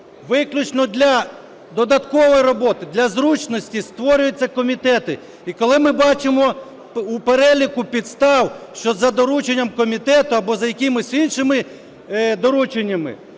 виключно для додаткової роботи, для зручності створюються комітети. І коли ми бачимо у переліку підстав, що за дорученням комітету або за якимись іншими дорученнями